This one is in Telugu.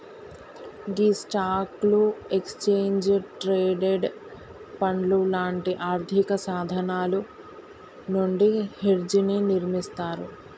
గీ స్టాక్లు, ఎక్స్చేంజ్ ట్రేడెడ్ పండ్లు లాంటి ఆర్థిక సాధనాలు నుండి హెడ్జ్ ని నిర్మిస్తారు